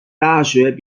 大学